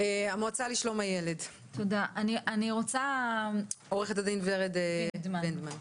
המועצה לשלום הילד, עו"ד ורד וינדמן.